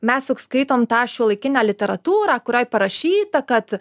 mes juk skaitom tą šiuolaikinę literatūrą kurioj parašyta kad